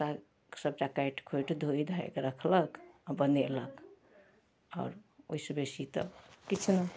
साग सबटा काटि खोँटि धोइ धाइ कऽ राखलक आओर बनेलक आओर ओहिसँ बेसी तऽ किछु नहि